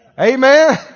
Amen